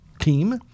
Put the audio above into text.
team